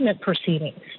proceedings